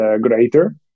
greater